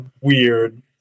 weird